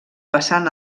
passant